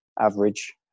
average